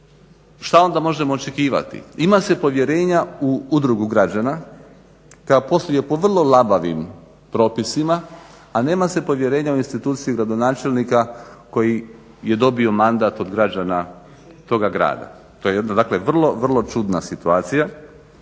šta onda možemo očekivati. Ima se povjerenja u udrugu građana koja posluje po vrlo labavim propisima, a nema se povjerenja u instituciju gradonačelnika koji je dobio mandat od građana toga grada. To je jedna dakle vrlo, vrlo čudna situacija.